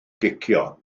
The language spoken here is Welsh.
gicio